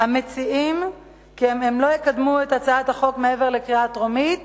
המציעים כי הם לא יקדמו את הצעת החוק מעבר לקריאה טרומית